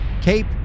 Cape